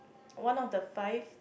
one of the five